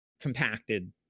compacted